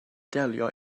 delio